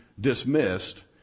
dismissed